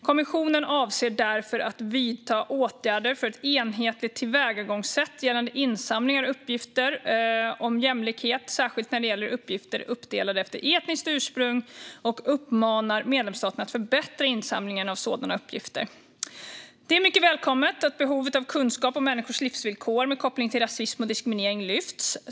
Kommissionen avser därför att vidta åtgärder för ett enhetligt tillvägagångssätt gällande insamling av uppgifter om jämlikhet, särskilt när det gäller uppgifter uppdelade efter etniskt ursprung, och uppmanar medlemsstaterna att förbättra insamlingen av sådana uppgifter. Det är mycket välkommet att behovet av kunskap om människors livsvillkor med koppling till rasism och diskriminering lyfts fram.